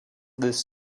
this